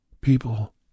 People